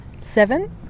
seven